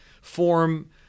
form